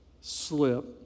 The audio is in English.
slip